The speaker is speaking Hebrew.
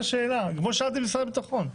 כמו ששאלתי את משרד הביטחון.